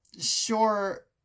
sure